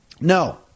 No